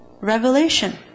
revelation